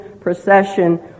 procession